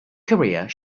career